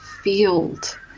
field